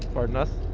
pardon us